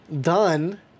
done